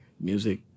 music